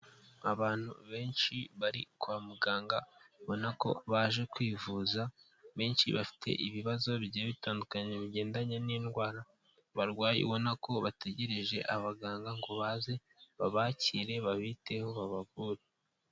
Abantu benshi bari kwa muganga, ubona ko baje kwivuza, benshi bafite ibibazo bigiye bitandukanye bigendanye n'indwara barwaye, ubona ko bategereje abaganga ngo baze babakire, babiteho babavure.